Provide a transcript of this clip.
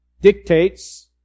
dictates